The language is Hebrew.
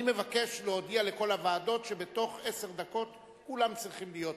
אני מבקש להודיע לכל הוועדות שבתוך עשר דקות כולם צריכים להיות פה.